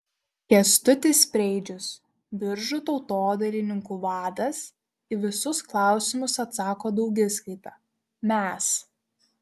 kęstutis preidžius biržų tautodailininkų vadas į visus klausimus atsako daugiskaita mes